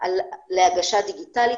להגשה דיגיטלית.